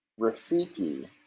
Rafiki